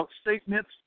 statements